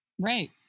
right